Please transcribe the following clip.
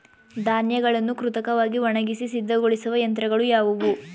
ಧಾನ್ಯಗಳನ್ನು ಕೃತಕವಾಗಿ ಒಣಗಿಸಿ ಸಿದ್ದಗೊಳಿಸುವ ಯಂತ್ರಗಳು ಯಾವುವು?